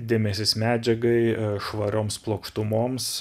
dėmesys medžiagai švarioms plokštumoms